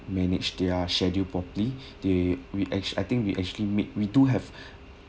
manage their schedule properly they we ac~ I think we actually make we do have